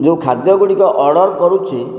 ଯେଉଁ ଖାଦ୍ୟଗୁଡ଼ିକ ଅର୍ଡ଼ର୍ କରୁଛି